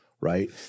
Right